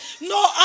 no